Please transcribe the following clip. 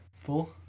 Four